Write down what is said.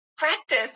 practice